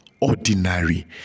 ordinary